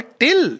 till